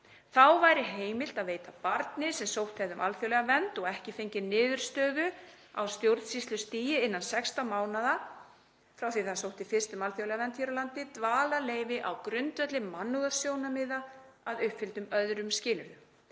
Þá væri heimilt að veita barni, sem sótt hefði um alþjóðlega vernd og ekki fengið niðurstöðu á stjórnsýslustigi innan 16 mánaða frá því að það sótti fyrst um alþjóðlega vernd hér á landi, dvalarleyfi á grundvelli mannúðarsjónarmiða að uppfylltum öðrum skilyrðum.